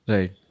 Right